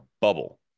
bubble